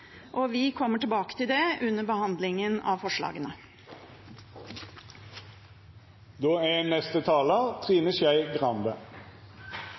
Vi kommer tilbake til det under behandlingen av forslagene. Vi i Venstre syns også det er